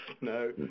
no